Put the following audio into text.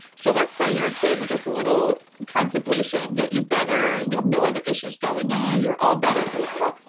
so let's say you're a kid with just a little constipation, get you better, you have no other issues going on, you're all better. yeah,